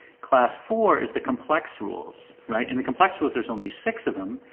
class four is the complex rules, right? and the complex rules, there's only six of them.